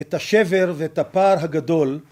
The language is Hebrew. ‫את השבר ואת הפער הגדול.